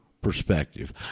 perspective